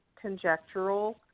conjectural